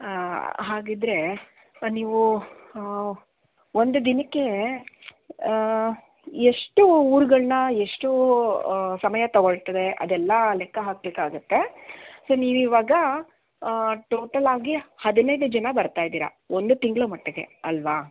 ಹಾಗಿದ್ದರೆ ನೀವು ಒಂದು ದಿನಕ್ಕೆ ಎಷ್ಟು ಊರುಗಳನ್ನು ಎಷ್ಟು ಸಮಯ ತೊಗೊಳ್ತದೆ ಅದೆಲ್ಲ ಲೆಕ್ಕ ಹಾಕಬೇಕಾಗತ್ತೆ ಸೊ ನೀವು ಈವಾಗ ಟೋಟಲಾಗಿ ಹದಿನೈದು ಜನ ಬರ್ತಾ ಇದ್ದೀರ ಒಂದು ತಿಂಗಳ ಮಟ್ಟಿಗೆ ಅಲ್ವಾ